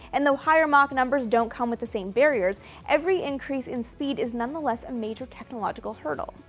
and though higher mach numbers don't come with the same barriers every increase in speed is nonetheless a major technological hurdle.